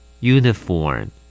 Uniform